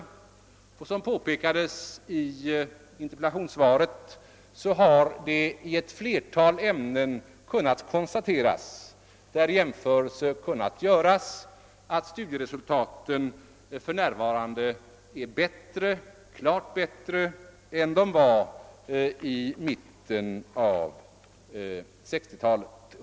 Som det påpekades i interpellationssvaret har det i flera ämnen kunnat konstateras — där jämfö relse kunnat göras — att studieresultaten för närvarande är klart bättre än de var i mitten av 1960-talet.